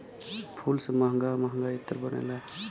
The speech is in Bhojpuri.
फूल से महंगा महंगा इत्र बनला